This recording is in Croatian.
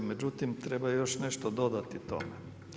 Međutim, treba još nešto dodati tome.